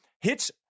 hits